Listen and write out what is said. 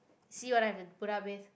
see what I have to put up with